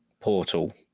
Portal